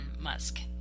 Musk